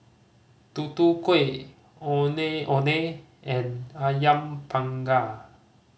Tutu Kueh Ondeh Ondeh and Ayam Panggang